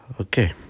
okay